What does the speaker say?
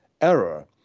error